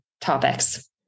topics